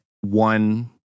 one